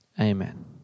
Amen